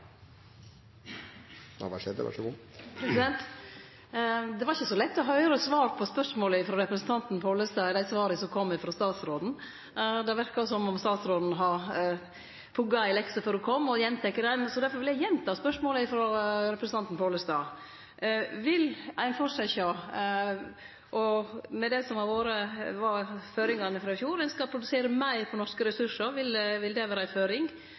Pollestad i dei svara som kom frå statsråden. Det verkar som om statsråden har pugga ei lekse før ho kom, og som ho gjentek. Derfor vil eg gjenta spørsmålet frå representanten Pollestad: Vil ein fortsetje med det som var føringane i fjor? At ein skal produsere meir frå norske ressursar, vil det vere ei føring? At inntektene til norske bønder skal aukast, vil det vere ei føring?